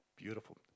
Beautiful